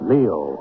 Leo